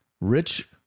Rich